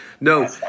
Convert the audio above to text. no